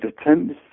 attempts